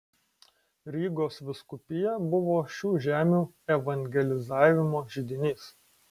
rygos vyskupija buvo šių žemių evangelizavimo židinys